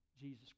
Jesus